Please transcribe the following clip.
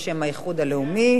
בשם האיחוד הלאומי,